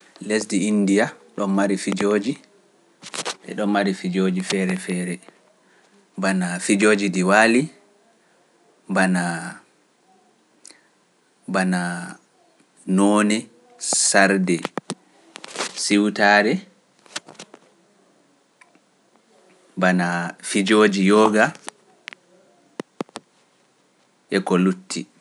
Lesdi indiya, ɗon mari fijooji, e ɗon mari fijooji feere feere, bana fijooji diwaali, bana noone sarde siwtaare, bana fijooji yoga, e ko lutti.